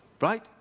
right